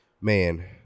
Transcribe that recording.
man